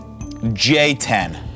J10